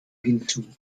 hinzu